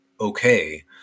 okay